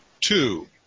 Two